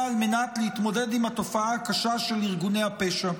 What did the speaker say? על מנת להתמודד עם התופעה הקשה של ארגוני הפשע.